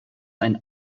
ein